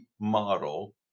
model